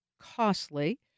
costly